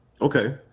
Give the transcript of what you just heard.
Okay